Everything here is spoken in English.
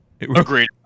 Agreed